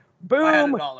Boom